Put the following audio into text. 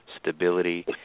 stability